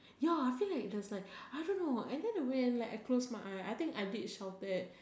ya I feel like there's like I don't know and then when I close my eyes I think I did shouted